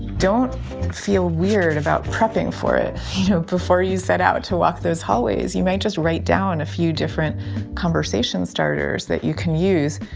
don't feel weird about prepping for it before you set out to walk those hallways. you might just write down a few different conversation starters that you can use.